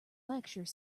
lecture